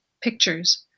pictures